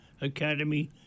Academy